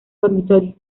dormitorio